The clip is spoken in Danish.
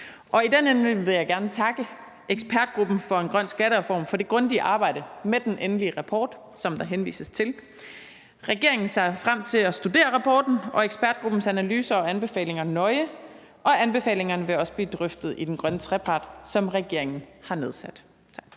i den anledning vil jeg gerne takke ekspertgruppen for en grøn skattereform for det grundige arbejde med den endelige rapport, som der henvises til. Regeringen ser frem til at studere rapporten og ekspertgruppens analyser og anbefalinger nøje, og anbefalingerne vil også blive drøftet i den grønne trepart, som regeringen har nedsat. Tak.